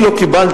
אני לא קיבלתי